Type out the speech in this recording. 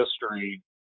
history